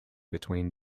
between